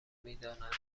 میدانند